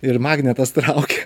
ir magnetas traukė